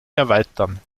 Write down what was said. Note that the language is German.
erweitern